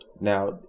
Now